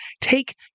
take